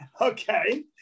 Okay